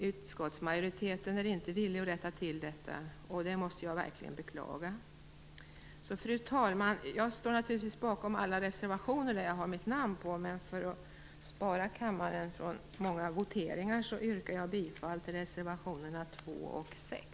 Utskottsmajoriteten är inte villig att rätta till detta, vilket jag verkligen måste beklaga. Fru talman! Jag står naturligtvis bakom alla reservationer med mitt namn, men för att spara kammaren från många voteringar yrkar jag bifall till reservationerna 2 och 6.